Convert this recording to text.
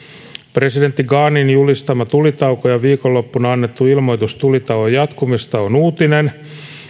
presidentti ghanin julistama tulitauko ja viikonloppuna annettu ilmoitus tulitauon jatkumisesta on uutinen